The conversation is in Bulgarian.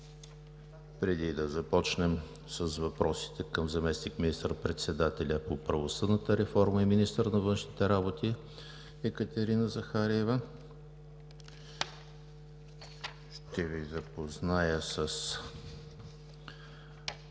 Преди да започнем с въпросите към заместник министър-председателя по правосъдната реформа и министър на външните работи Екатерина Захариева – на основание чл.